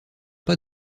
pas